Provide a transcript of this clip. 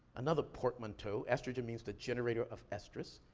another portmanteau. estrogen means the generator of estrus.